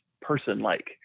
person-like